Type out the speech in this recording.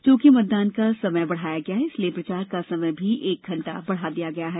चूंकि मतदान का समय बढ़ाया गया है इसलिए प्रचार का समय भी एक घण्टा बढ़ा दिया गया है